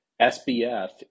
SBF